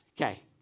Okay